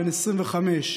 בן 25,